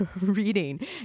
reading